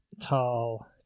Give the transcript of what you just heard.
tall